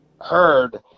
heard –